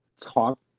talk